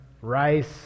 rice